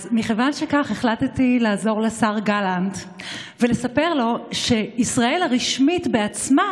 אז מכיוון שכך החלטתי לעזור לשר גלנט ולספר לו שישראל הרשמית בעצמה